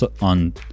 on